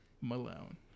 Malone